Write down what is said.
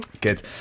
Good